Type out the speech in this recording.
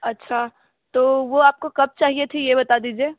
अच्छा तो वो आपको कब चाहिए थी ये बता दीजिए